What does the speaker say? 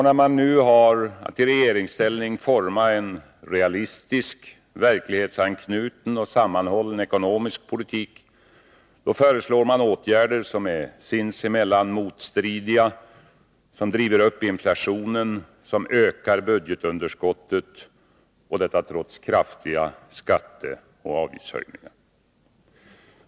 När man nu har att i regeringsställning forma en realistisk, verklighetsanknuten och sammanhållen ekonomisk politik, föreslår man åtgärder som är sinsemellan motstridiga, som driver upp inflationen och som ökar budgetunderskottet — detta trots kraftiga skatteoch avgiftshöjningar.